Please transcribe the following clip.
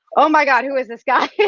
oh my god, who is this guy?